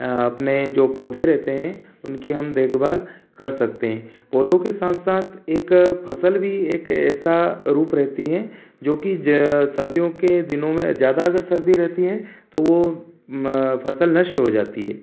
अ अपने जो पौधे रहते हैं उनकी हम देखभाल कर सकते हैं पौधो के साथ साथ एक फसल भी एक ऐसा रूप रहती हैं जो कि ज सर्दियो के दिनो में ज़्यादा अगर सर्दी रहती है तो वो फसल नष्ट हो जाती है